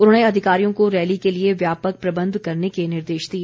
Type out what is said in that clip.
उन्होंने अधिकारियों को रैली के लिए व्यापक प्रबंध करने के निर्देश दिए